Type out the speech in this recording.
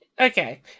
Okay